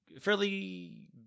fairly